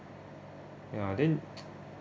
ya then